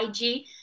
IG